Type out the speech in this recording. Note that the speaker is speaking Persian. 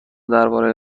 درباره